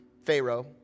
Pharaoh